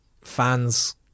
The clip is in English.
fans